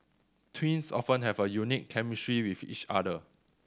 twins often have a unique chemistry with each other